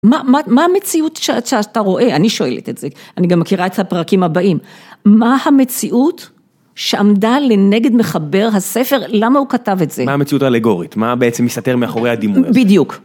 מה המציאות שאתה רואה, אני שואלת את זה, אני גם מכירה את הפרקים הבאים, מה המציאות שעמדה לנגד מחבר הספר, למה הוא כתב את זה? מה המציאות האלגורית, מה בעצם מסתתר מאחורי הדימוי הזה? בדיוק.